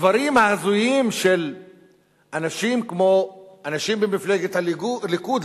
הדברים ההזויים של אנשים כמו האנשים במפלגת הליכוד,